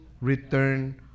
return